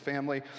family